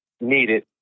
needed